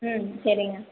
ம் சரிங்க